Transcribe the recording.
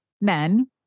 men